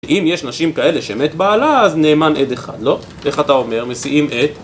אם יש נשים כאלה שמת בעלה, אז נאמן עד אחד, לא? איך אתה אומר? מסיעים את?